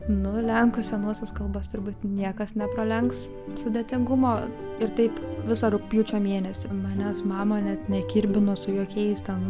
nu lenkų senosios kalbos turbūt niekas nepralenks sudėtingumu ir taip visą rugpjūčio mėnesį manęs mama net nekirbino su jokiais ten